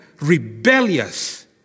rebellious